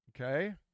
okay